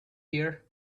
here